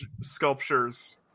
Sculptures